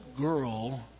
girl